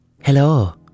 Hello